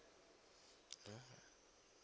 ah